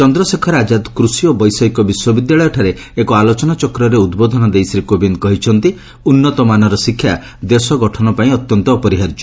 ଚନ୍ଦ୍ରଶେଖର ଆଜ୍ଜାଦ୍ କୃଷି ଓ ବୈଷୟିକ ବିଶ୍ୱବିଦ୍ୟାଳୟଠାରେ ଏକ ଆଲୋଚନା ଚକ୍ରରେ ଉଦ୍ବୋଧନ ଦେଇ ଶ୍ରୀ କୋବିନ୍ଦ କହିଛନ୍ତି ଉନ୍ନତମାନର ଶିକ୍ଷା ଦେଶ ଗଠନ ପାଇଁ ଅତ୍ୟନ୍ତ ଅପରିହାର୍ଯ୍ୟ